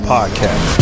Podcast